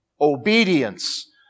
obedience